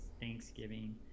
thanksgiving